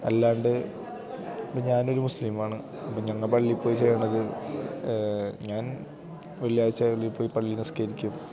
അല്ലാണ്ട് ഇപ്പം ഞാനൊരു മുസ്ലീമാണ് അപ്പം ഞങ്ങൾ പള്ളിയിൽപ്പോയി ചെയ്യുന്നത് ഞാൻ വെള്ളിയാഴ്ച്ചകളിൽ പോയി പള്ളി നിസ്ക്കരിക്കും